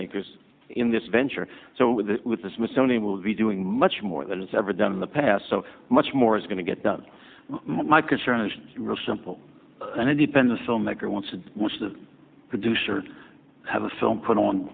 makers in this venture so with the smithsonian will be doing much more than it's ever done in the past so much more is going to get done my concern is real simple and independent filmmaker wants to produce or have a film put on